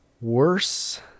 worse